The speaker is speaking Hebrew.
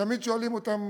תמיד שואלים אותן